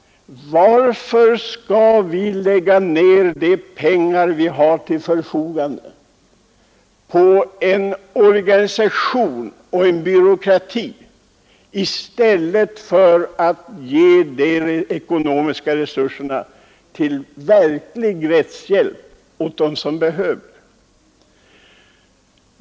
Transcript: Varför skall vi lägga ned de pengar vi har till förfogande på en organisation och en byråkrati i stället för att ge de ekonomiska resurserna till verklig rättshjälp åt dem som behöver sådan?